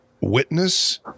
witness